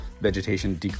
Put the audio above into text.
vegetation